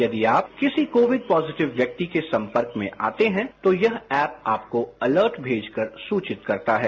यदि आप किसी कोविड पॉजिटिव व्यक्ति के संपर्क में आते हैं तो यह ऐप आपको अर्लट भेज कर सुचित करता है